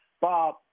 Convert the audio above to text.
Bob